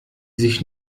sich